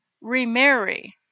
remarry